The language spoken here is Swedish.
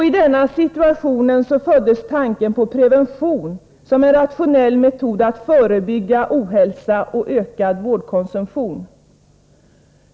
I denna situation föddes tanken på prevention som en rationell metod att förebygga ohälsa och ökad vårdkonsumtion.